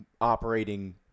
Operating